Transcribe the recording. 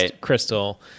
crystal